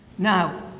now,